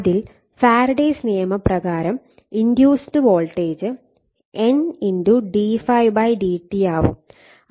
അതിൽ ഫാരഡേസ് നിയമം പ്രകാരം induced voltage N d∅ dt ആവും